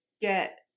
get